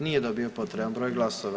Nije dobio potreban broj glasova.